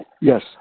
Yes